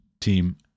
team